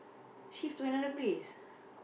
shift to another place